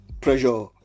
pressure